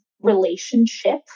relationship